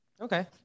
Okay